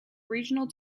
regional